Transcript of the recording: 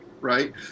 right